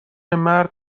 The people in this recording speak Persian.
مرد